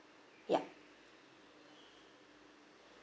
yup